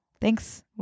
Thanks